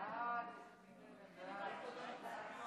הצעת סיעת ישראל ביתנו